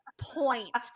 point